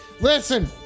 Listen